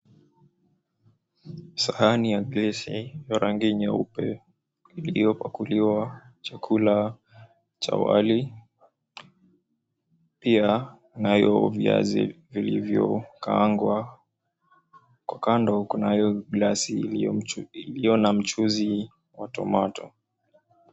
Sahani ya glasi iliyo rangi nyeupe iliyopakuliwa chakula cha wali, pia inayo viazi vilivyokaangwa kwa kando kunayo glasi iliyo na mchuzi wa tomato .